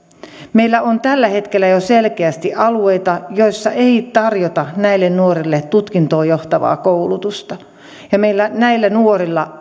meillä on tällä hetkellä jo selkeästi alueita joilla ei tarjota näille nuorille tutkintoon johtavaa koulutusta näillä nuorilla